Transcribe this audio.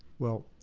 well,